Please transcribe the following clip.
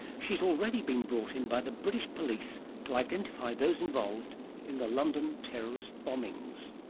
she's already been brought in by the british police to identify those involved in the london terrorist bombings.